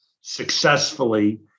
successfully